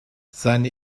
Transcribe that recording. seine